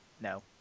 No